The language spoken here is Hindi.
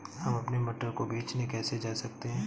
हम अपने मटर को बेचने कैसे जा सकते हैं?